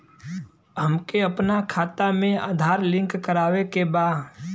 हमके अपना खाता में आधार लिंक करावे के बा?